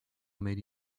made